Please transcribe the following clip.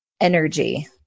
energy